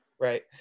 right